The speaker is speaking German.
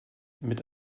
mit